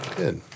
good